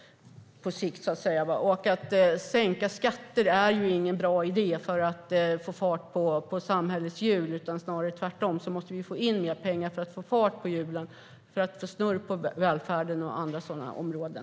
Att sänka skatter är ingen bra idé för att få fart på samhällets hjul. Tvärtom måste vi få in mer pengar för att få fart på hjulen och snurr på välfärden och andra sådana områden.